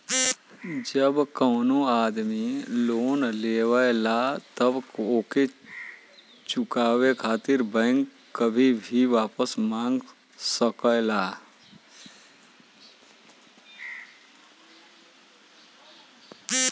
जब कउनो आदमी लोन लेवला तब ओके चुकाये खातिर बैंक कभी भी वापस मांग सकला